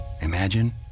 imagine